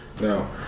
No